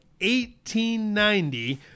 1890